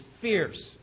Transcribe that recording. fierce